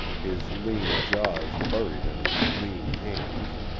his lean jaws buried in his lean hands,